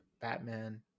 Batman